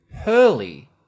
Hurley